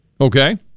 Okay